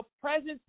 presence